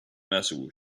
metal